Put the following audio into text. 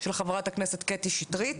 של חברת הכנסת קטי שטרית.